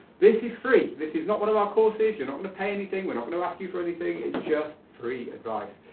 this is free. this is not one of our courses, you're not gonna pay anything, we're not gonna ask you for anything, it's just free advice.